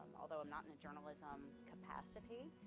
although i'm not in the journalism capacity,